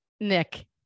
Nick